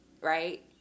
Right